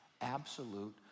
absolute